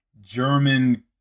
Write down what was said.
German